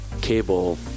cable